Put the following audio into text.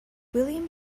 william